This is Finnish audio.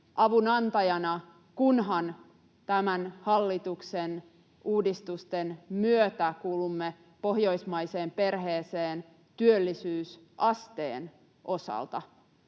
avunantajana, kunhan tämän hallituksen uudistusten myötä kuulumme pohjoismaiseen perheeseen työllisyysasteen osalta.